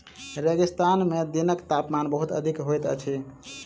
रेगिस्तान में दिनक तापमान बहुत अधिक होइत अछि